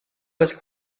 was